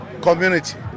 community